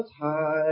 high